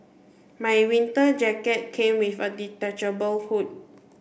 my winter jacket came with a detachable hood